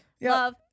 love